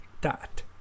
dot